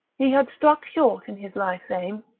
he had struck short in his life's aim.